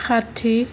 ষাঠি